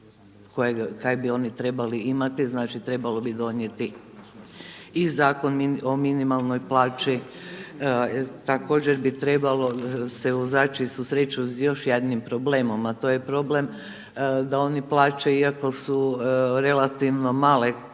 kaj bi oni trebali imati. Znači, trebalo bi donijeti i Zakon o minimalnoj plaći, također bi trebalo vozači susreću sa još jednim problemom, a to je problem da oni plaćaju iako su relativno male